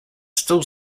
still